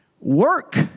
work